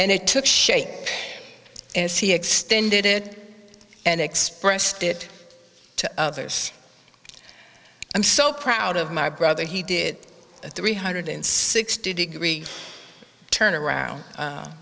and it took shape as he extended and expressed it to others i'm so proud of my brother he did a three hundred sixty degree turnaround